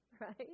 right